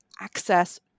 access